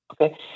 okay